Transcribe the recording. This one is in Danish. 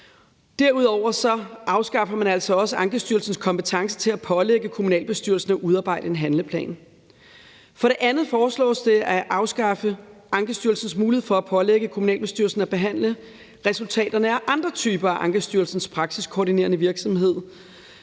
Derudover afskaffer man altså også Ankestyrelsens kompetence til at pålægge kommunalbestyrelsen at udarbejde en handleplan. For det andet foreslås det at afskaffe Ankestyrelsens mulighed for at pålægge kommunalbestyrelsen at behandle resultaterne af andre typer af Ankestyrelsens praksiskoordinerende virksomhed.